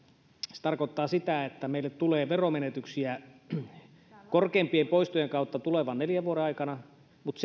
se tarkoittaa sitä että meille tulee veromenetyksiä korkeimpien poistojen kautta tulevan neljän vuoden aikana mutta